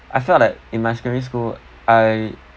I felt that in my secondary school I